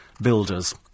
builders